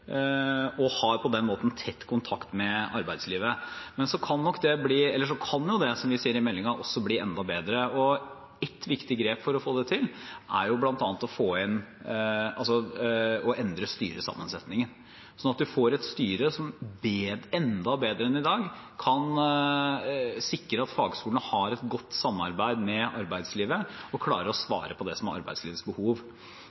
og har på den måten tett kontakt med arbeidslivet. Men så kan det, som vi sier i meldingen, også bli enda bedre. Et viktig grep for å få det til, er bl.a. å endre styresammensetningen, så man får et styre som enda bedre enn i dag kan sikre at fagskolene har et godt samarbeid med arbeidslivet og klarer å